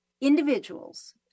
individuals